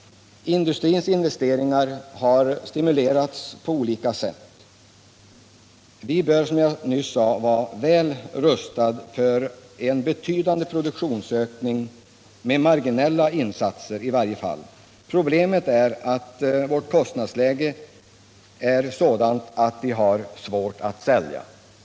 Industrins investeringar har stimulerats på olika sätt. Vi bör, som jag nyss sade, vara väl rustade för en betydande produktionsökning med i varje fall marginella insatser. Problemet är att vårt kostnadsläge gör det svårt att sälja.